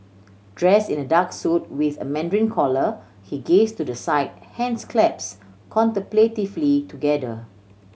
dress in a dark suit with a mandarin collar he gaze to the side hands claps contemplatively together